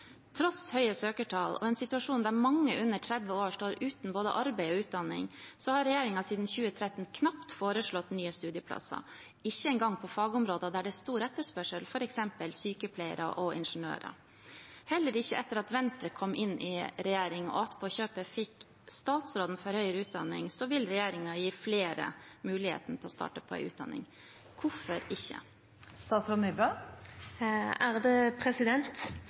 Tross høye søkertall og en situasjon der mange under 30 år står uten både arbeid og utdanning, har regjeringen siden 2013 knapt foreslått nye studieplasser, ikke engang på fagområder der det er stor etterspørsel, f.eks. sykepleiere og ingeniører. Heller ikke etter at Venstre kom inn i regjering og attpå kjøpet fikk statsråden for høyere utdanning, vil regjeringen gi flere muligheten til å starte på en utdanning. Hvorfor ikke?